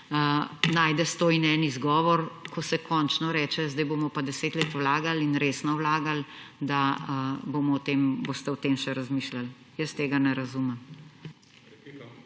najde 101 izgovor, ko se končno reče, zdaj bomo pa 10 let vlagali in resno vlagali, da boste o tem še razmišljali. Jaz tega ne razumem.